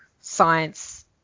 science